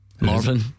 Marvin